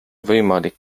võimalik